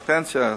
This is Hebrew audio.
פנסיה?